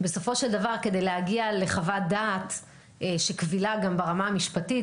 בסופו של דבר כדי להגיע לחוות דעת שקבילה גם ברמה המשפטית,